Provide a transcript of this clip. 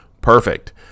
perfect